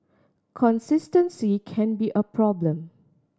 consistency can be a problem